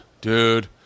dude